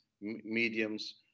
mediums